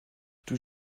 tout